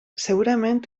segurament